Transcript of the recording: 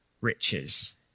riches